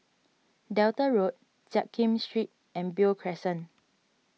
Delta Road Jiak Kim Street and Beo Crescent